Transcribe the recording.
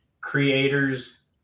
creators